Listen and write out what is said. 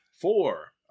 Four